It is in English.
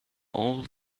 all